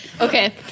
Okay